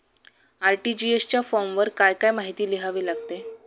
RTGS च्या फॉर्मवर काय काय माहिती लिहावी लागते?